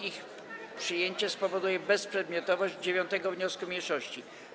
Ich przyjęcie spowoduje bezprzedmiotowość 9. wniosku mniejszości.